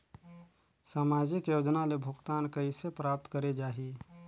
समाजिक योजना ले भुगतान कइसे प्राप्त करे जाहि?